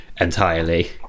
entirely